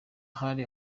hari